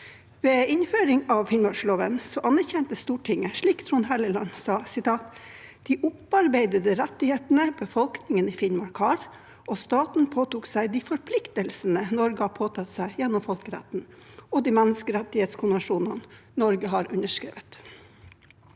Ved innføring av Finnmarksloven anerkjente Stortinget, slik Trond Helleland sa, «de opparbeidede rettighetene befolkningen i Finnmark har», og at staten påtok seg «de forpliktelsene Norge har påtatt seg gjennom folkeretten, og de menneskerettighetskonvensjonene Norge har underskrevet».